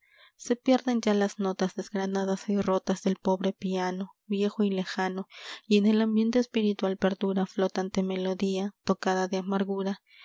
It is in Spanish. se pierden ya las ñolas desgranadas y rolas del pobre piano viejo y lejano y en el ambiente espiritual perdura flotante melodía tocada de amargura